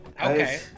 Okay